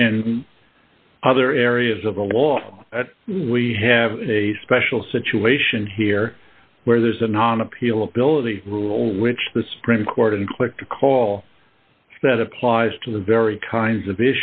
in other areas of the law we have a special situation here where there's a non appeal ability rule which the supreme court in click to call that applies to the very kinds of